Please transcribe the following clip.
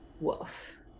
woof